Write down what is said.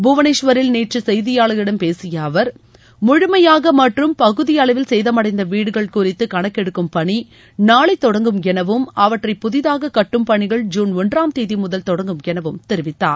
புவனேஷ்வரில் நேற்று செய்தியாளர்களிடம் பேசிய அவர் முழுமையாக மற்றம் பகுதி அளவில் சேதமடைந்த வீடுகள் குறித்து கணக்கெடுக்கும் பணி நாளை தொடங்கும் எனவும் அவற்றை புதிதாக கட்டும் பணிகள் ஜுன் ஒன்றாம் தேதி முதல் தொடங்கும் எனவும் தெரிவித்தார்